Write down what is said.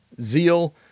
zeal